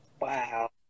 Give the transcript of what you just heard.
Wow